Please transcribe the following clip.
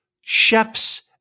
chefs